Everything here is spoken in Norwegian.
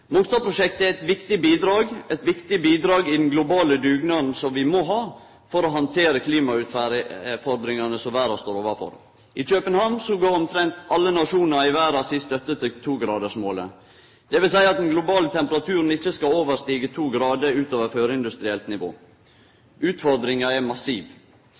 eit viktig bidrag i den globale dugnaden som vi må ha for å handtere klimautfordringane som verda står overfor. I København gav omtrent alle nasjonar i verda si støtte til togradersmålet – dvs. at den globale temperaturen ikkje skal overstige 2 grader utover førindustrielt nivå. Utfordringa er massiv.